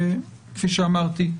וכפי שאמרתי,